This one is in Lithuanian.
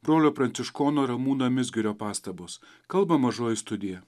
brolio pranciškono ramūno mizgirio pastabos kalba mažoji studija